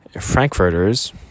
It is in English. Frankfurters